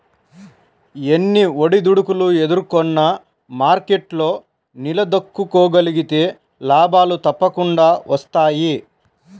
ఎన్ని ఒడిదుడుకులు ఎదుర్కొన్నా మార్కెట్లో నిలదొక్కుకోగలిగితే లాభాలు తప్పకుండా వస్తాయి